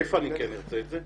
איפה אני כן ארצה את זה?